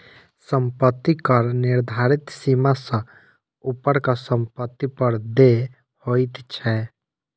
सम्पत्ति कर निर्धारित सीमा सॅ ऊपरक सम्पत्ति पर देय होइत छै